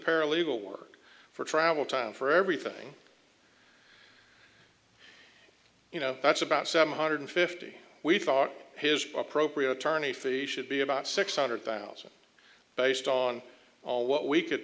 paralegal work for travel time for everything you know that's about seven hundred fifty we thought his appropriate attorney fees should be about six hundred thousand based on all what we c